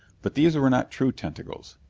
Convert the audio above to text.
but these were not true tentacles.